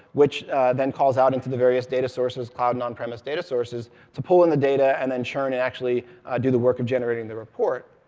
which then calls out into the various data sources cloud non-premise data sources to pull in the data and then share and it and actually do the work of generating the report.